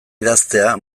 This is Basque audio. idaztea